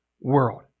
world